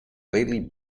lately